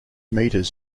meters